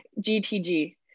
GTG